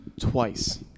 Twice